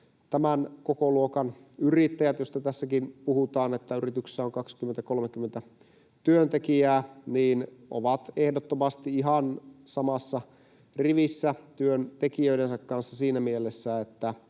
tämän kokoluokan yrittäjät, joista tässäkin puhutaan, että yrityksessä on 20—30 työntekijää, ovat ehdottomasti ihan samassa rivissä työntekijöidensä kanssa siinä mielessä,